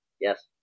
Yes